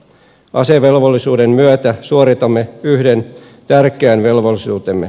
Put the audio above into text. asevelvollisuuden myötä suoritamme yhden tärkeän velvollisuutemme